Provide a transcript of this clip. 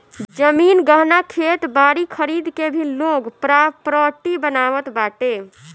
जमीन, गहना, खेत बारी खरीद के भी लोग प्रापर्टी बनावत बाटे